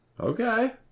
okay